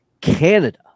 Canada